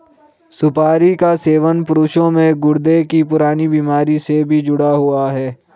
सुपारी का सेवन पुरुषों में गुर्दे की पुरानी बीमारी से भी जुड़ा हुआ है